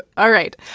all right.